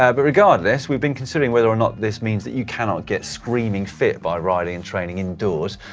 ah but regardless, we've been considering whether or not this means that you cannot get screaming fit by riding and training indoors.